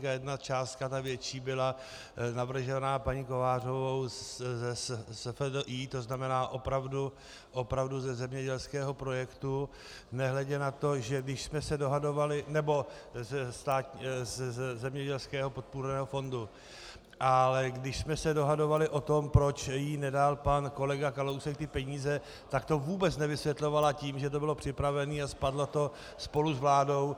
Jedna částka, ta větší, byla navržena paní Kovářovou ze SFDI, to znamená opravdu ze zemědělského projektu, nehledě na to, že když jsme se dohadovali, nebo ze zemědělského podpůrného fondu, ale když jsme se dohadovali o tom, proč jí nedal pan kolega Kalousek ty peníze, tak to vůbec nevysvětlovala tím, že to bylo připraveno a spadlo to spolu s vládou.